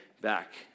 back